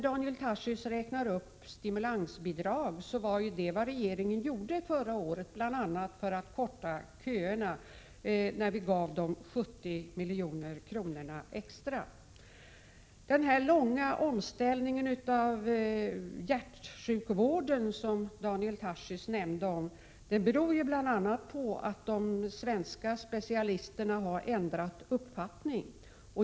Daniel Tarschys räknar upp stimulansbidrag. Det var precis vad regeringen tog till förra året bl.a. för att korta köerna. Vi gav 70 miljoner extra. Den långa omställningen av hjärtsjukvården, som Daniel Tarschys nämnde, beror bl.a. på att de svenska specialisterna har ändrat uppfattning.